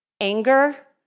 Anger